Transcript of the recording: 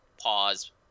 pause